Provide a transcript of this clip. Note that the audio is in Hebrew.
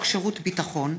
(תיקון,